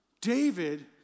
David